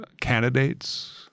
candidates